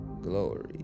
glory